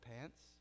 pants